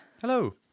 Hello